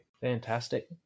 Fantastic